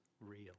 real